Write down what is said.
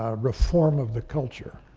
ah reform of the culture,